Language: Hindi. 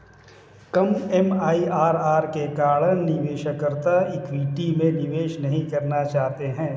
कम एम.आई.आर.आर के कारण निवेशकर्ता इक्विटी में निवेश नहीं करना चाहते हैं